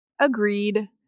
Agreed